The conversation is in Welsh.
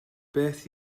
beth